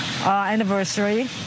anniversary